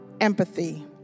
empathy